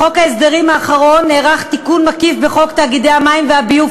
בחוק ההסדרים האחרון נערך תיקון מקיף בחוק תאגידי מים וביוב,